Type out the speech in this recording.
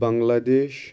Bangladesh